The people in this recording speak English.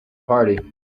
party